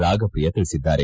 ರಾಗಪ್ರಿಯಾ ತಿಳಿಸಿದ್ದಾರೆ